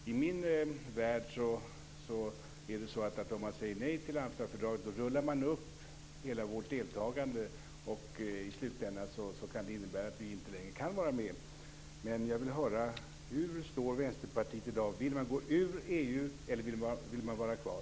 I min värld är det så, att om man säger nej till Amsterdamfördraget rullar man upp hela vårt deltagande. Det kan i slutänden innebära att vi inte längre kan vara med. Men jag vill höra var Vänsterpartiet står i dag. Vill man gå ur EU eller vara kvar?